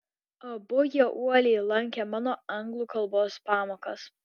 abu jie uoliai lankė mano anglų kalbos pamokas